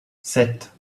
sept